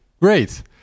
great